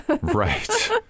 right